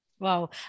Wow